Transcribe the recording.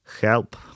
help